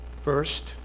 First